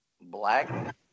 black